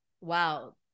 Wow